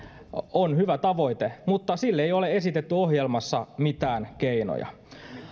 on hyvä tavoite mutta sille ei ole esitetty ohjelmassa mitään keinoja